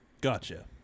gotcha